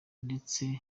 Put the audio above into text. ndetse